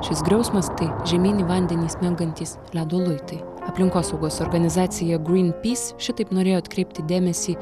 šis griausmas tai žemyn į vandenį smengantys ledo luitai aplinkosaugos organizacija greenpeace šitaip norėjo atkreipti dėmesį